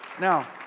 Now